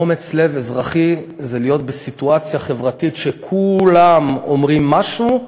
אומץ לב אזרחי זה להיות בסיטואציה חברתית שכולם אומרים משהו,